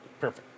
Perfect